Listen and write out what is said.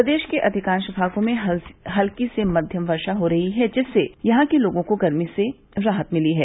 प्रदेश के अधिकांश भागों में हल्की से मध्यम वर्षा हो रही है जिससे जहां लोगों को गर्मी से राहत मिली है